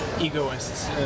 egoists